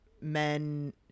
men